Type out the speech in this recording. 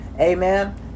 amen